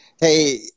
Hey